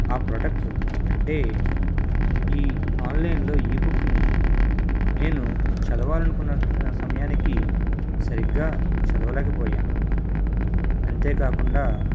ఆ ప్రోడక్ట్ అంటే ఈ ఆన్లైన్లో ఈబుక్ని నేను చదవాలనుకున్న సమయానికి సరిగ్గా చదవలేకపోయాను అంతే కాకుండా